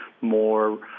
more